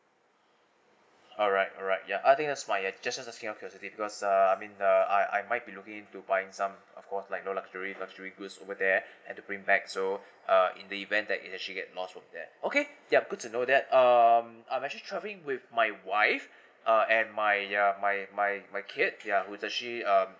alright alright ya I think that's fine I just ask asking up because uh I mean uh I I might be looking to buying some of course like you know luxury luxury goods over there and to bring back so uh in the event that it actually get lost over there okay that are good to know that um I'm actually traveling with my wife uh and my ya my my my kids ya with actually um